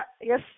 yes